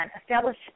establish